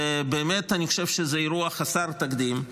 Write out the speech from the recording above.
ובאמת אני חושב שזה אירוע חסר תקדים,